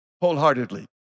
wholeheartedly